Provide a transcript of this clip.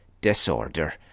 Disorder